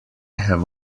have